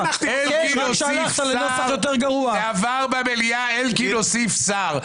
--- כשזה עבר במליאה אלקין הוסיף שר.